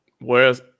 whereas